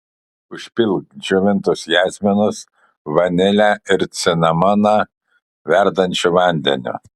užpilk džiovintus jazminus vanilę ir cinamoną verdančiu vandeniu